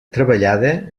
treballada